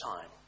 time